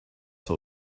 that